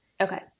okay